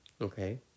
okay